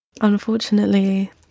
Unfortunately